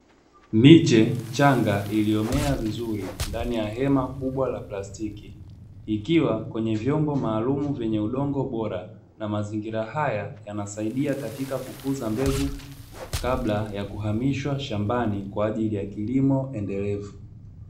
Miche changa iliyomea vizuri, ndani ya hema kubwa la plastik,i ikiwa kwenye vyombo maalumu vyenye udongo bora na mazingira haya yanasaidia katika kukuza mbegu, kabla ya kuhamishwa shambani kwa ajili ya kilimo endelevu.